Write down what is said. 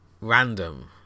random